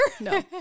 No